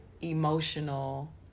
emotional